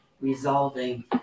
resolving